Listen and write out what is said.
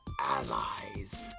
allies